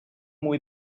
muy